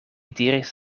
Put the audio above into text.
diris